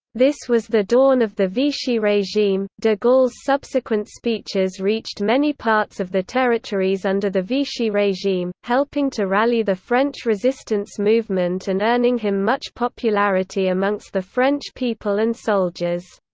this was the dawn of the vichy regime de gaulle's subsequent speeches reached many parts of the territories under the vichy regime, helping to rally the french resistance movement and earning him much popularity amongst the french people and soldiers.